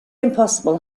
impossible